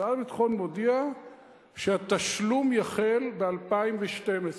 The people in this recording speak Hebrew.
משרד הביטחון מודיע שהתשלום יחל ב-2012.